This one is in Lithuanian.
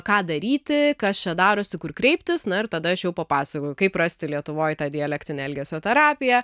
ką daryti kas čia darosi kur kreiptis na ir tada aš čia jau papasakoju kaip rasti lietuvoje tą dialektinę elgesio terapiją